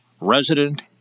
resident